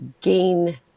gain